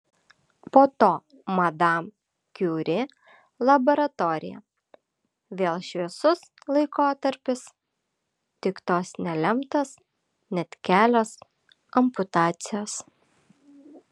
po to madam kiuri laboratorija vėl šviesus laikotarpis tik tos nelemtos net kelios amputacijos